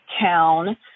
town